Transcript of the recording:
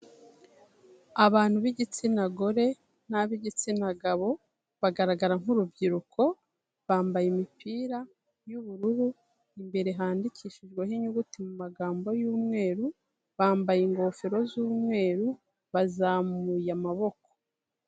Abantu b'igitsina gore n'ab'igitsina gabo, bagaragara nk'urubyiruko, bambaye imipira y'ubururu, imbere handikishijweho inyuguti mu magambo y'umweru, bambaye ingofero z'umweru, bazamuye amaboko.